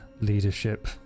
leadership